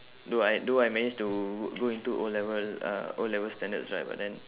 though I though I managed to go into O level uh O level standards right but then